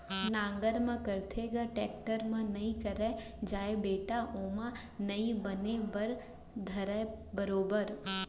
नांगर म करथे ग, टेक्टर म नइ करे जाय बेटा ओमा नइ बने बर धरय बरोबर